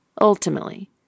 Ultimately